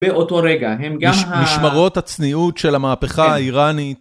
באותו רגע, הם גם... משמרות הצניעות של המהפכה, כן, האיראנית.